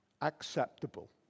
acceptable